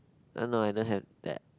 oh no I don't have that